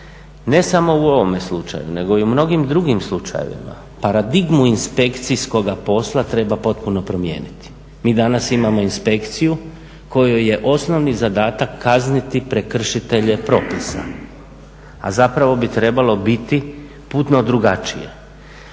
Ne samo u ovome slučaju, nego i u mnogim drugim slučajevima paradigmu inspekcijskoga posla treba potpuno promijeniti. Mi danas imao inspekciju kojoj je osnovni zadatak kazniti prekršitelje propisa a zapravo bi trebalo biti puno drugačije.